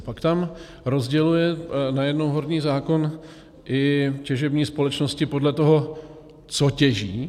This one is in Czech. Pak tam rozděluje najednou horní zákon i těžební společnosti podle toho, co těží.